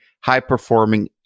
high-performing